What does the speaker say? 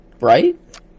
right